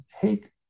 take